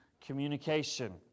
communication